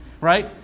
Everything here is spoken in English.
right